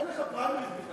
אין לך פריימריז בכלל,